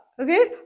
okay